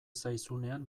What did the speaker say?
zaizunean